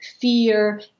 fear